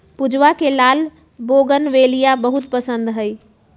पूजवा के लाल बोगनवेलिया बहुत पसंद हई